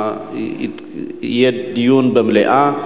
יהיה דיון במליאה.